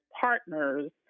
partners